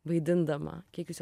vaidindama kiek jūs jo